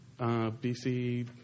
BC